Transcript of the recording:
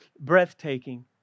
breathtaking